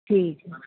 ਠੀਕ ਹੈ